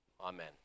Amen